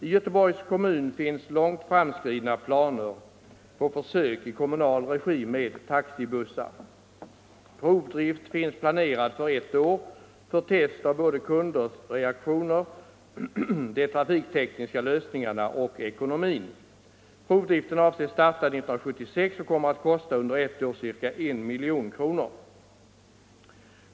I Göteborgs kommun finns långt framskridna planer på försök i kommunal regi med taxibussar. Provdrift finns planerad för ett år för test av kunders reaktioner, de trafiktekniska lösningarna och ekonomin. Provdriften avses starta 1976 och kommer att kosta ca 1 milj.kr. under ett år.